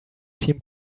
team